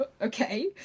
okay